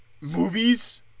movies